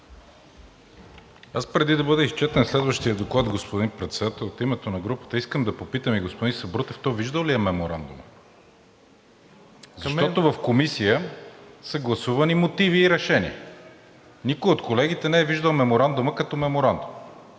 Преди да бъде изчетен следващият доклад, господин Председател, от името на групата искам да попитам и господин Сабрутев: той виждал ли е Меморандума, защото в Комисията са гласувани мотиви и решение? Никой от колегите не е виждал Меморандума като Меморандум.